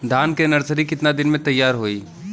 धान के नर्सरी कितना दिन में तैयार होई?